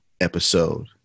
episode